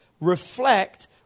reflect